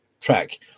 track